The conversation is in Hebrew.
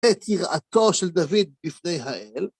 את יראתו של דוד בפני האל,